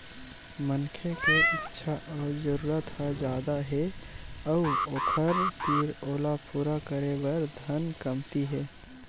मनखे के इच्छा अउ जरूरत ह जादा हे अउ ओखर तीर ओला पूरा करे बर धन कमती हे